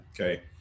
okay